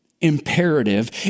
imperative